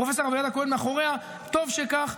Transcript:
פרופסור אביעד הכהן מאחוריה, וטוב שכך.